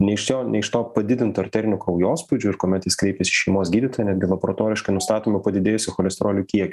ne iš šio ne iš to padidinto arterinio kraujospūdžio ir kuomet jis kreipiasi į šeimos gydytoją netgi laboratoriškai nustatoma padidėjusį cholesterolio kiekį